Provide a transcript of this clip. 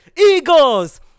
eagles